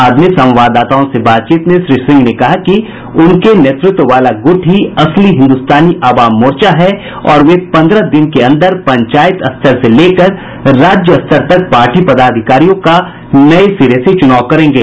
बाद में संवाददाताओं से बातचीत में श्री सिंह ने कहा कि उनके नेतृत्व वाला गुट ही असली हिन्दुस्तानी अवाम मोर्चा है और वे पंद्रह दिन के अंदर पंचायत स्तर से लेकर राज्य स्तर तक पार्टी पदाधिकारियों का नये सिरे से चुनाव करेंगे